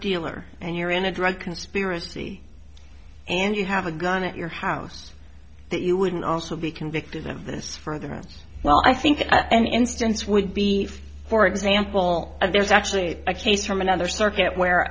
dealer and you're in a drug conspiracy and you have a gun at your house that you wouldn't also be convicted of this further as well i think an instance would be for example and there's actually a case from another circuit where